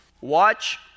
Watch